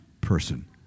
person